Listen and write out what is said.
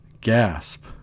Gasp